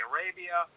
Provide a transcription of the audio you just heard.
Arabia